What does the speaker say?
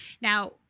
Now